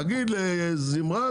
תגיד לזמרת,